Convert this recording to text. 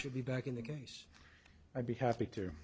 should be back in the case i'd be happy to